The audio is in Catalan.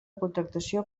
contractació